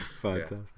Fantastic